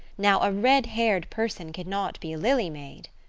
now, a red-haired person cannot be a lily maid.